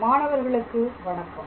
மாணவர்களுக்கு வணக்கம்